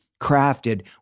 crafted